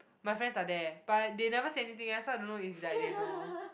my friends are there but they never said anything else so I don't know if like they know